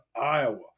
Iowa